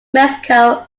mexico